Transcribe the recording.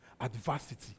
adversity